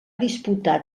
disputar